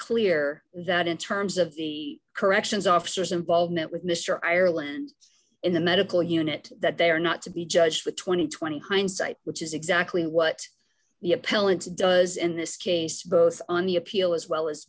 clear that in terms of the corrections officers involvement with mr ireland in the medical unit that they are not to be judged with two thousand and twenty hindsight which is exactly what the appellant does in this case both on the appeal as well as